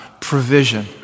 Provision